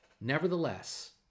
Nevertheless